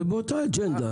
זה באותה אג'נדה.